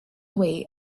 away